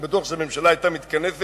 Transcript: אני בטוח שהממשלה היתה מתכנסת,